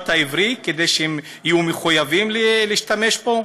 העברי כדי שהם יהיו מחויבים להשתמש בו?